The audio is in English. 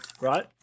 Right